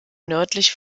nördlich